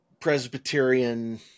Presbyterian